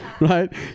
Right